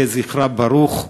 יהי זכרה ברוך,